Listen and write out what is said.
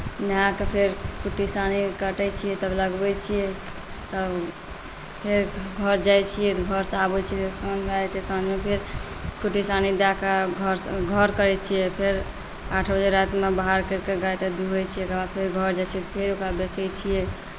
नहाके फेर कुट्टी सानी कटैत छियै तब लगबैत छियै तब फेर घर जाइत छियै तऽ घरसँ आबैत छी तऽ साँझ भऽ जाइत छै साँझ भऽ जाइत छै साँझमे फेर कुट्टी सानी दए कऽ घर करैत छियै फेर आठ बजे रातिमे बाहर करिके गाएके दूहैत छी ओकरा बाद फेर घर जाइत छी फेर ओकरा बेचैत छियै